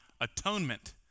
atonement